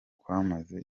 kwamaze